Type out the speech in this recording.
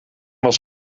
was